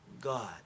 God